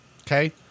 Okay